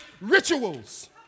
rituals